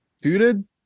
Suited